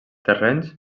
terrenys